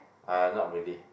uh not really